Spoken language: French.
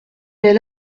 elle